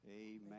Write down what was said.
Amen